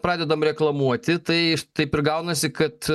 pradedam reklamuoti tai taip ir gaunasi kad